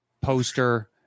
poster